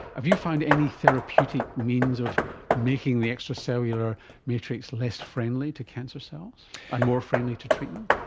have you found any therapeutic means of making the extracellular matrix less friendly to cancer cells and more friendly to treatment?